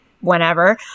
whenever